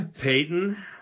Peyton